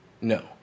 No